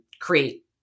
create